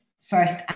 First